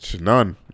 None